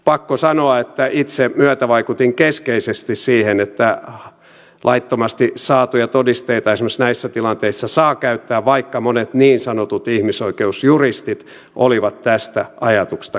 pakko sanoa että itse myötävaikutin keskeisesti siihen että laittomasti saatuja todisteita esimerkiksi näissä tilanteissa saa käyttää vaikka monet niin sanotut ihmisoikeusjuristit olivat tästä ajatuksesta kauhuissaan